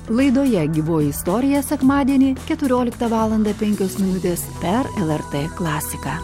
laidoje gyvoji istorija sekmadienį keturioliktą valandą penkios minutės per lrt klasiką